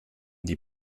die